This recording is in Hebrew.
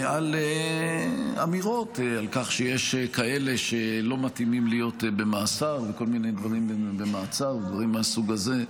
על אמירות על כך שיש כאלה שלא מתאימים להיות במעצר ודברים מהסוג הזה.